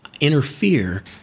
interfere